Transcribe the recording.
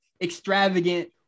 extravagant